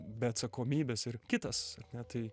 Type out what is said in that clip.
be atsakomybės ir kitas ar ne tai